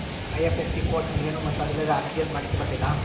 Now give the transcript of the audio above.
IFSC code ಅಂದ್ರೇನು ಮತ್ತು ಅದಿಲ್ಲದೆ ಆರ್.ಟಿ.ಜಿ.ಎಸ್ ಮಾಡ್ಲಿಕ್ಕೆ ಬರ್ತೈತಾ?